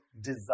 desire